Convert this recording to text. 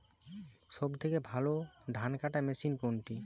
সবথেকে ভালো ধানকাটা মেশিন কোনটি?